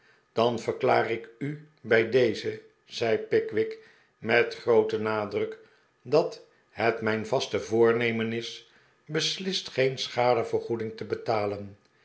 dan verklaar ik u bij deze'n zei pickwick met grooten nadruk dat het mijn vaste voornemen is beslist geen schadevergoeding te betalen